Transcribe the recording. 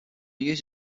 uses